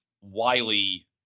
Wiley